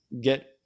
get